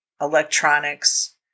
electronics